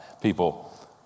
people